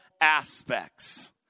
aspects